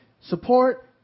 support